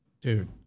Dude